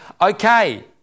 okay